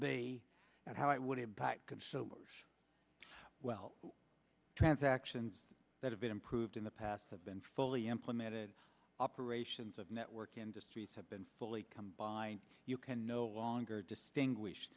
and how it would impact could well transactions that have been improved in the past have been fully implemented operations of network industries have been fully combine you can no longer distinguish